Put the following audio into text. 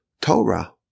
Torah